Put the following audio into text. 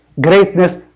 greatness